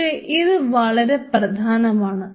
പക്ഷേ ഇത് വളരെ പ്രധാനമാണ്